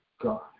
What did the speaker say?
God